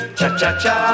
Cha-cha-cha